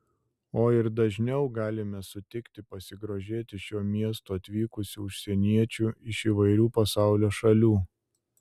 o ir dažniau galime sutikti pasigrožėti šiuo miestu atvykusių užsieniečių iš įvairių pasaulio šalių